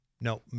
no